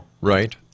Right